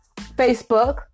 Facebook